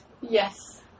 Yes